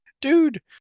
dude